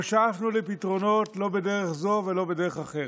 לא שאפנו לפתרונות, לא בדרך זו ולא בדרך אחרת.